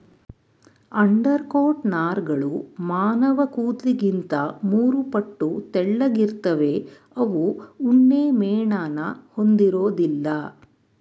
undercoat ನಾರ್ಗಳು ಮಾನವಕೂದ್ಲಿಗಿಂತ ಮೂರುಪಟ್ಟು ತೆಳ್ಳಗಿರ್ತವೆ ಅವು ಉಣ್ಣೆಮೇಣನ ಹೊಂದಿರೋದಿಲ್ಲ